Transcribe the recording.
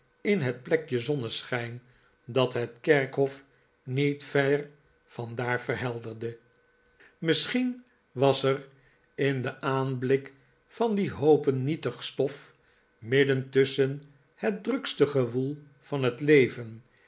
in het plekje zonneschijn dat het kerkhof niet ver van daar verhelderde misschien was er in den aanblik van die hoopen nietig stof midden tusschen het drukste gewoel van het leven